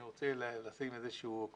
אני רוצה לשים איזושהי כוכבית.